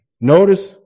Notice